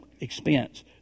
expense